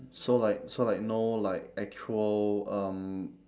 so like so like no like actual um